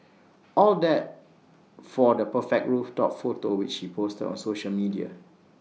all that for the perfect rooftop photo which he posted on social media